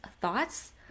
thoughts